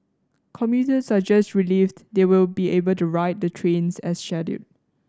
commuters are just relieved they will be able to ride the trains as scheduled